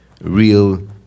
real